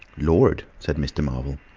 lord! said mr. marvel.